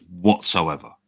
whatsoever